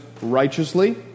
righteously